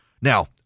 Now